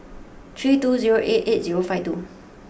three two zero eight eight zero five two